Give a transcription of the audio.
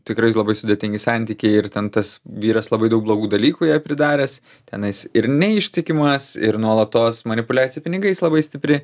tikrai labai sudėtingi santykiai ir ten tas vyras labai daug blogų dalykų jai pridaręs tenais ir neištikimas ir nuolatos manipuliacija pinigais labai stipri